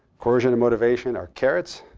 coercion and motivation are carrots.